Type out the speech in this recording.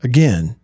Again